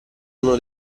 uno